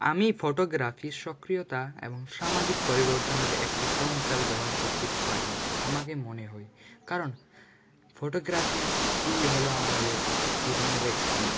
আমি ফটোগ্রাফির সক্রিয়তা এবং সামাজিক পরিবর্তনের একটি ক্রম হিসাবে ব্যবহার করতে পারি আমাকে মনে হয় কারণ ফটোগ্রাফিই হল আমাদের জীবনের একটি